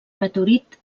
meteorit